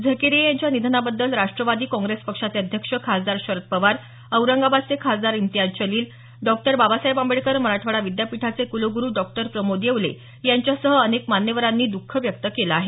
झकेरिया यांच्या निधनाबद्दल राष्ट्रवादी कॉंग्रेस पक्षाचे अध्यक्ष खासदार शरद पवार औरंगाबादचे खासदार ईम्तेयाज जलील डॉ बाबासाहेब आंबेडकर मराठवाडा विद्यापीठाचे कुलगुरू डॉ प्रमोद येवले यांच्यासह अनेक मान्यवरांनी दख व्यक्त केलं आहे